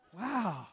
Wow